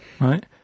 Right